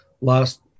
last